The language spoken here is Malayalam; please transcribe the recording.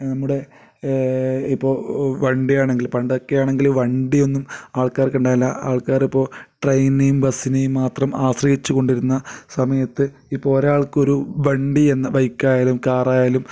നമ്മുടെ ഇപ്പോൾ വണ്ടിയാണെങ്കിൽ പണ്ടൊക്കെ ആണെങ്കിൽ വണ്ടിയൊന്നും ആൾക്കാരിക്ക് ഉണ്ടായില്ല ആൾക്കാരപ്പോൾ ട്രെയിനിനെയും ബസ്സിനെയും മാത്രം ആശ്രയിച്ചു കൊണ്ടിരുന്ന സമയത്ത് ഇപ്പോൾ ഒരാൾക്കൊരു വണ്ടി എന്ന ബൈക്കായാലും കാറായാലും